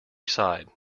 side